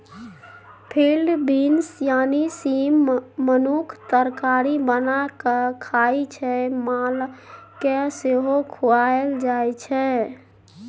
field beans यानी सीम मनुख तरकारी बना कए खाइ छै मालकेँ सेहो खुआएल जाइ छै